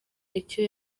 icyo